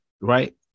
right